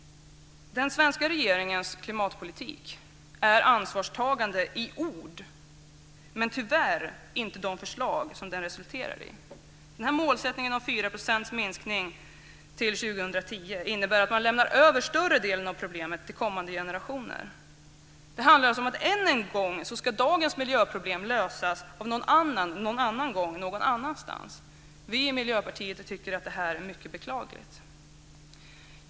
Den svenska regeringens klimatpolitik är ansvarstagande i ord, men tyvärr inte i de förslag som den resulterar i. Målsättningen om 4 % minskning till 2010 innebär att man lämnar över större delen av problemet till kommande generationer. Det handlar alltså än en gång om att dagens miljöproblem ska lösas av någon annan, någon annan gång, någon annanstans. Vi i Miljöpartiet tycker att det är mycket beklagligt.